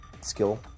skill